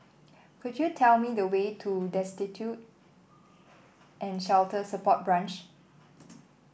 could you tell me the way to Destitute and Shelter Support Branch